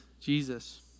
Jesus